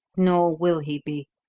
nor will he be.